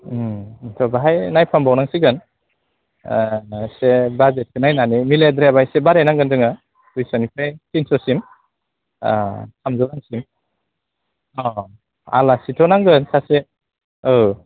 ओमफ्राय बाहाय नायफाम बावनांसिगोन इसे बाजेटखौ नायनानै मिलायद्रायाबा इसे बारायनांगोन जोङो दुइस'निफ्राय टिनस'सिम थामजौ रांसिम अ आलासिथ' नांगोन सासे औ